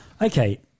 Okay